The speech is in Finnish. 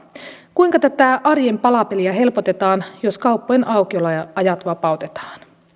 kuinka tätä arjen palapeliä helpotetaan jos kauppojen aukioloajat vapautetaan